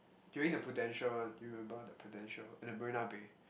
during the Prudential one do you remember the Prudential at the Marina-Bay